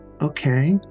okay